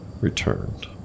returned